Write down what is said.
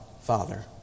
Father